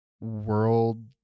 world